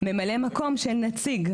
ממלא מקום של נציג.